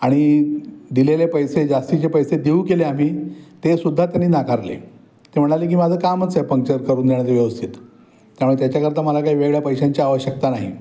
आणि दिलेले पैसे जास्तीचे पैसे देऊ केले आम्ही ते सुद्धा त्यांनी नाकारले ते म्हणाले की माझं कामंच आहे पंक्चर करून देण्याचं व्यवस्थित त्यामुळे त्याच्याकरिता मला काय वेगळ्या पैशांची आवश्यकता नाही